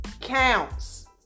counts